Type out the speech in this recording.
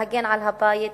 להגן על הבית,